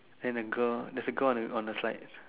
and the girl there's a girl on the on the slide